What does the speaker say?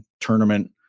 tournament